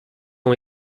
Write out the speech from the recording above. ont